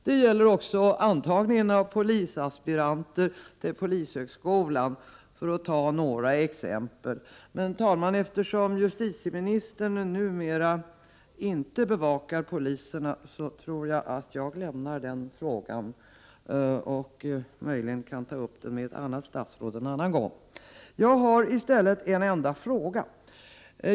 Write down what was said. Det gäller också antagningen av polisaspiranter vid polishögskolan — detta för att ta några exempel. Men, herr talman, eftersom justitieministern numera inte bevakar frågorna om poliserna tror jag att jag lämnar den saken för att möjligen ta upp den med ett annat statsråd någon annan gång. Jag har därför en enda fråga.